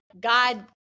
God